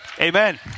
amen